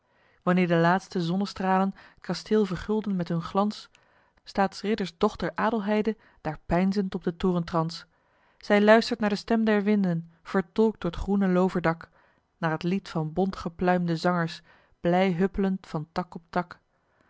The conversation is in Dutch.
wanneer de laatste zonnestralen t kasteel vergulden met hun glans staat's ridders dochter adelheide daar peinzend op den torentrans zij luistert naar de stem der winden vertolkt door t groene looverdak naar t lied van bontgepluimde zangers blij huppelend van tak op tak